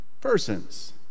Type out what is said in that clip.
persons